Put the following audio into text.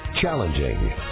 challenging